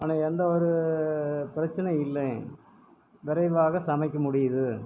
ஆனால் எந்த ஒரு பிரச்சினை இல்லை விரைவாக சமைக்க முடியுது